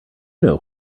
know